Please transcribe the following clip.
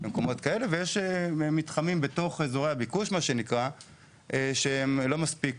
כך יוצא שיש מתחמים באזורי הביקוש שהם לא מספיק